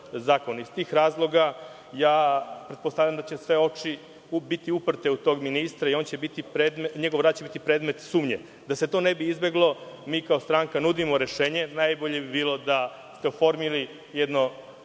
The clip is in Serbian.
Iz tih razloga pretpostavljam da će sve oči biti uprte u tog ministra i njegov rad će biti predmet sumnje. Da bi se to izbeglo, mi kao stranka nudimo rešenje. Najbolje bi bilo da ste oformili jedno